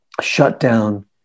shutdown